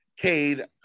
Cade